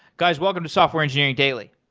guys, welcome to software engineering daily.